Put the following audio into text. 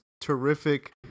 terrific